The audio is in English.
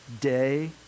day